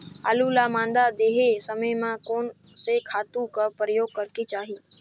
आलू ल मादा देहे समय म कोन से खातु कर प्रयोग करेके चाही?